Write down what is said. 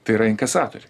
tai yra inkasatoriai